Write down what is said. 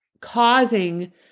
causing